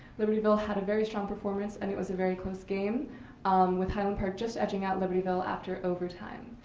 libertyville had a very strong performance and it was a very close game with highland park just edging out libertyville after overtime.